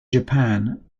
japan